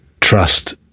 trust